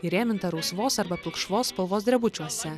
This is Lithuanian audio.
įrėminta rusvos arba pilkšvos spalvos drebučiuose